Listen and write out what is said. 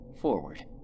forward